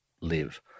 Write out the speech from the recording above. live